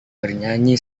bernyanyi